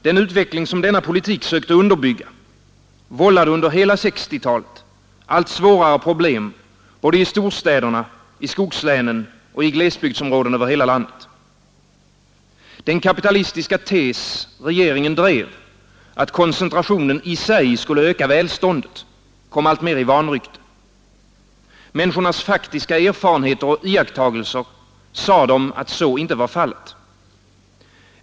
Den utveckling som denna politik sökte underbygga vållade under hela 1960-talet allt svårare problem både i storstäderna, i skogslänen och glesbygdsområden över hela landet. Den kapitalistiska tes regeringen drev, att koncentrationen i sig skulle öka välståndet, kom alltmer i vanrykte. Människornas faktiska erfarenheter och iakttagelser sade dem att så inte var fallet.